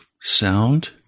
sound